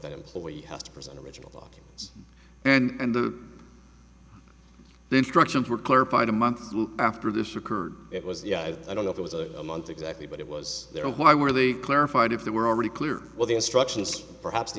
that employee has to present original documents and the instructions were clarified a month after this occurred it was yeah i don't know if it was a month exactly but it was there why were they clarified if they were already clear what the instructions perhaps the